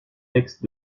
textes